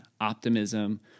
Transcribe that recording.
optimism